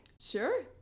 Sure